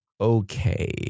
okay